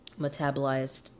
metabolized